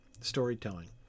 storytelling